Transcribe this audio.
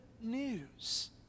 news